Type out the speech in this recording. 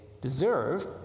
deserve